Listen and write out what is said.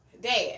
dad